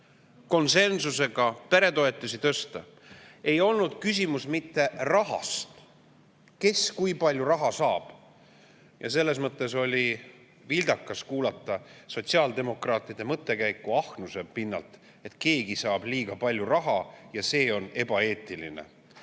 konsensusega peretoetusi tõsteti, ei olnud küsimus mitte rahas, et kes kui palju raha saab. Selles mõttes oli vildakas kuulata sotsiaaldemokraatide mõttekäiku ahnuse kohta, et keegi saab liiga palju raha ja see on ebaeetiline,